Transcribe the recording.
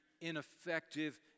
ineffective